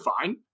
fine